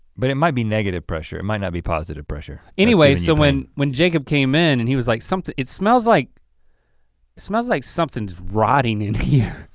but it might be negative pressure, it might not be positive pressure. anyway so when when jacob came in and he was like, it smells like smells like something's rotting in here.